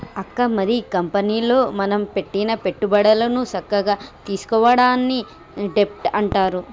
అక్క మరి కంపెనీలో మనం పెట్టిన పెట్టుబడులను సక్కగా తీసుకోవడాన్ని డెబ్ట్ అంటారు